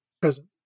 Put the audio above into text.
present